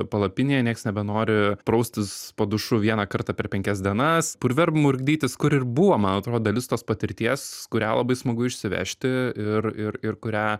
palapinėje nieks nebenori praustis po dušu vieną kartą per penkias dienas purve murkdytis kur ir buvo man atrodo dalis tos patirties kurią labai smagu išsivežti ir ir ir kurią